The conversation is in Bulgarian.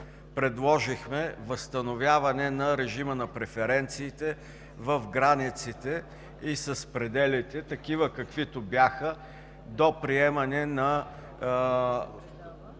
предложихме възстановяване на режима на преференциите в границите и с пределите такива, каквито бяха до приемане на